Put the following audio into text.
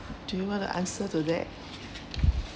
do you want to answer to that